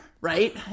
Right